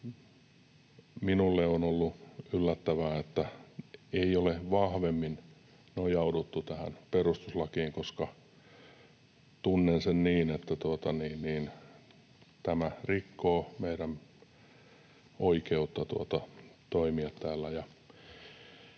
minulle on ollut yllättävää, että ei ole vahvemmin nojauduttu tähän perustuslakiin, koska tunnen sen niin, että tämä rikkoo meidän oikeutta toimia täällä.